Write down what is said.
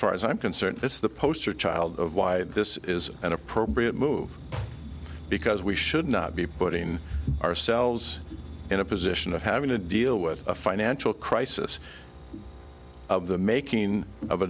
far as i'm concerned it's the poster child of why this is an appropriate move because we should not be putting ourselves in a position of having to deal with a financial crisis of the making of a